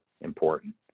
important